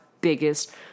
biggest